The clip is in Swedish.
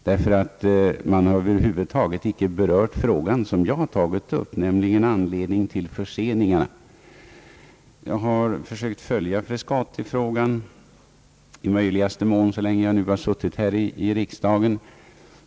Man har ju över huvud taget icke berört den fråga som jag har tagit upp, nämligen anledningen till förseningarna. Jag har i möjligaste mån försökt följa Frescatifrågan så länge jag har suttit här i riksdagen.